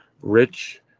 Rich